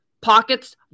Pockets